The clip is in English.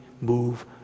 move